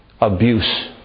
abuse